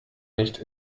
nicht